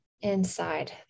inside